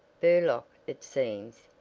burlock, it seems,